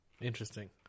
interesting